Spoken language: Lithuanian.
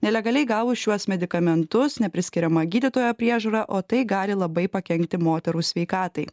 nelegaliai gavus šiuos medikamentus nepriskiriama gydytojo priežiūra o tai gali labai pakenkti moterų sveikatai